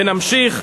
ונמשיך.